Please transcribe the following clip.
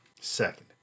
Second